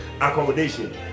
accommodation